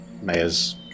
mayor's